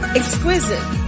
exquisite